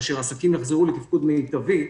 כאשר עסקים יחזרו לתפקוד מיטבי,